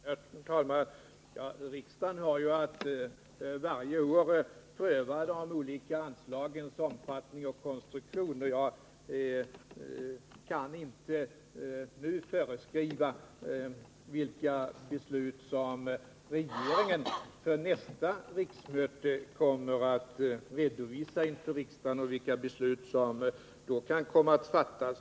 Herr talman! Riksdagen har ju att varje år pröva de olika anslagens omfattning och konstruktion. Jag kan inte nu säga vilka beslut som regeringen kommer att redovisa under nästa riksmöte och vilka beslut som då kan komma att fattas.